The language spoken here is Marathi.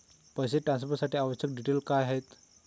पैसे ट्रान्सफरसाठी आवश्यक डिटेल्स काय आहेत?